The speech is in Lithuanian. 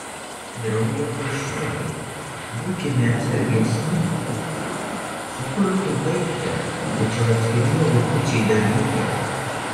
drauge chruščiovai būkime atsargesni su kultu baigta tačiau atskiri jo likučiai dar likę